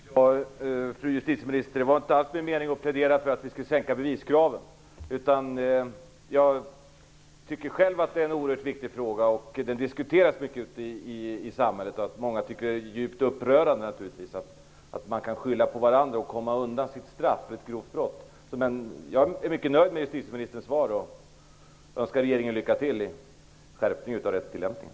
Herr talman! Det var inte alls min mening, fru justitieministern, att plädera för att vi skulle sänka beviskraven. Jag tycker själv att dessa är oerhört viktiga. Det diskuteras mycket ute i samhället att man kan skylla på varandra och komma undan sitt straff för ett grovt brott, något som många naturligtvis tycker är djupt upprörande. Jag är mycket nöjd med justitieministerns svar, och jag önskar regeringen lycka till med en skärpning av rättstillämpningen.